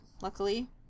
Luckily